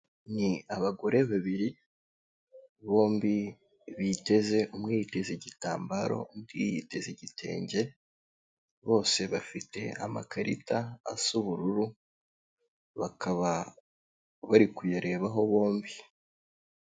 Ni abagore babiri, bombi biteze, umwe yiteze igitambaro, undi yiteze igitenge, bose bafite amakarita asa ubururu, bakaba bari kuyarebaho bombi.